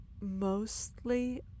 mostly